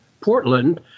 Portland